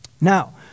Now